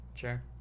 sure